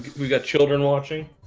we got children watching